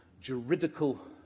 juridical